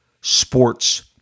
sports